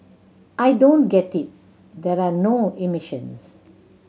I don't get it there are no emissions